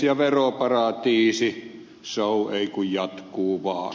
ja veroparatiisishow ei kun jatkuu vaan